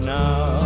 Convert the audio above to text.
now